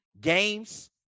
games